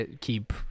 keep